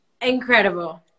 Incredible